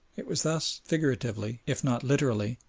it was thus, figuratively, if not literally,